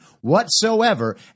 whatsoever